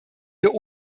wir